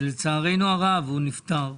ולצערנו הרב הוא נפטר.